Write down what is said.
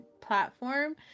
platform